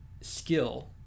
skill